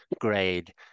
grade